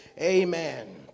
Amen